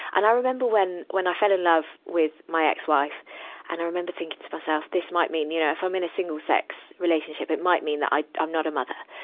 and i remember when, when i fell in love with my ex-wife. and i remember thinking to myself, this might mean, you know, if i'm in a single-sex relationship, it might mean that i'm not a mother.